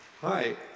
Hi